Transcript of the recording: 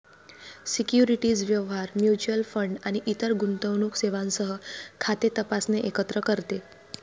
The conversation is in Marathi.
सिक्युरिटीज व्यवहार, म्युच्युअल फंड आणि इतर गुंतवणूक सेवांसह खाते तपासणे एकत्र करते